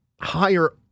higher